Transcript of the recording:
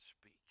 speak